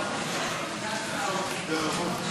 התשע"ו 2016, נתקבל.